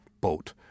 boat